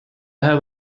have